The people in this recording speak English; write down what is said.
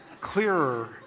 clearer